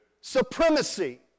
Supremacy